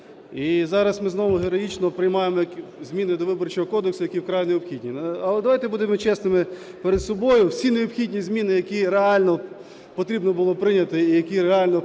І зараз ми знову героїчно приймаємо зміни до Виборчого кодексу, які вкрай необхідні. Але давайте будемо чесними перед собою. Всі необхідні зміни, які реально потрібно було прийняти і які реально впливали